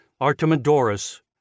Artemidorus